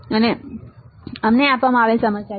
આ અમને આપવામાં આવેલ સમસ્યા છે